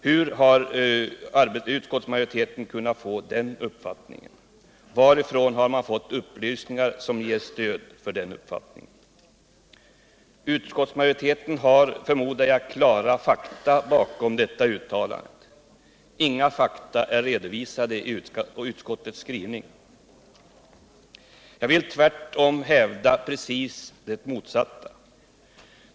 Hur har utskottsmajoriteten kunnat få den uppfattningen? Varifrån har man fått upplysningar som ger stöd för den uppfattningen? Utskottsmajoriteten har, förmodar jag. klara fakta bakom detta uttalande. Men inga fakta är redovisade i utskottets skrivning. Jag vill hävda precis motsatsen till utskottets uttalande.